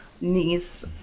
niece